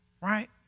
right